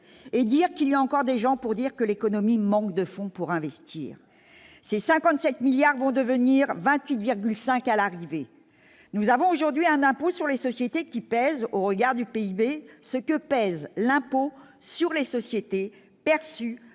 et dire qu'il y a encore des gens pour dire que l'économie manque de fonds pour investir ses 57 milliards vont devenir 28,5 à l'arrivée, nous avons aujourd'hui un impôt sur les sociétés qui pèse au regard du PIB ce que pèse l'impôt sur les sociétés est